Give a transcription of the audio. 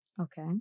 Okay